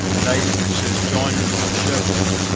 like sir john sherbrooke,